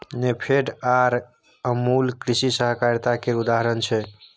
नेफेड आर अमुल कृषि सहकारिता केर उदाहरण छै